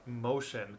motion